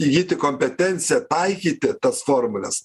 įgyti kompetenciją taikyti tas formules